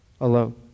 alone